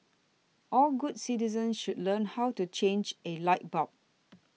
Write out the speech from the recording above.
all good citizens should learn how to change a light bulb